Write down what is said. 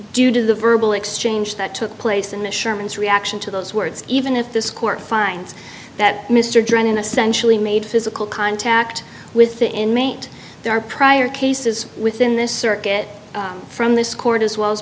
due to the verbal exchange that took place in the sherman's reaction to those words even if this court finds that mr drennen essentially made physical contact with the inmate there are prior cases within this circuit from this court as well as